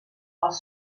als